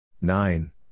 nine